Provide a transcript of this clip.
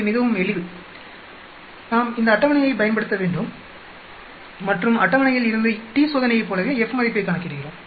இது மிகவும் எளிது நாம் இந்த அட்டவணையைப் பயன்படுத்த வேண்டும் மற்றும் அட்டவணையில் இருந்து t சோதனையைப் போலவே F மதிப்பைக் கணக்கிடுகிறோம்